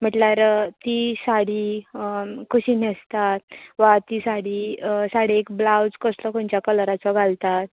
म्हटल्यार ती साडी कशी न्हेसतात वा ती साडी साडयेक ब्लावज कसलो खंयच्या कलराचो घालतात